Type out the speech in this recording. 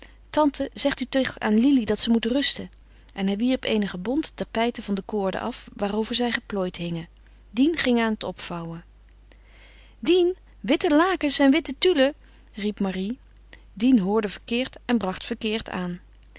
tante zegt u toch aan lili dat ze moet rusten en hij wierp eenige bonte tapijten van de koorden af waarover zij geplooid hingen dien ging aan het opvouwen dien witte lakens en witte tulle riep marie dien hoorde verkeerd en bracht verkeerd aan